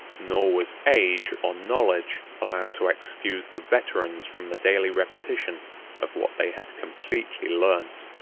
nor was age or knowledge allowed to excuse the veterans from the daily repetition of what they had completely learnt.